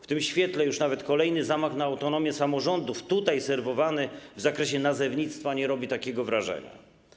W tym świetle już nawet kolejny zamach na autonomię samorządów serwowany tutaj w zakresie nazewnictwa nie robi takiego wrażenia.